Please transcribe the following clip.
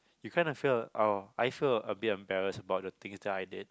you kinda feel oh I also a bit embarrass about the things that I did